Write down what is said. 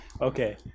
Okay